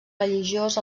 religiós